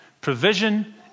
provision